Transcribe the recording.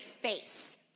face